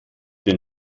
den